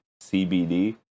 CBD